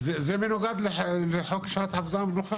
זה מנוגד לחוק שעות עבודה ומנוחה.